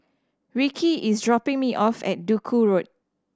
Ricci is dropping me off at Duku Road